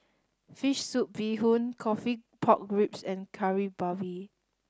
Fish Soup Bee Hoon Coffee Pork Ribs and Kari Babi